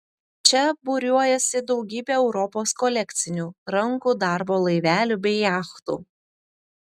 čia būriuojasi daugybė europos kolekcinių rankų darbo laivelių bei jachtų